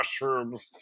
mushrooms